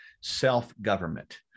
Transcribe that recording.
self-government